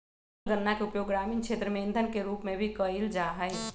सूखल गन्ना के उपयोग ग्रामीण क्षेत्र में इंधन के रूप में भी कइल जाहई